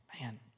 Man